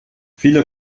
viele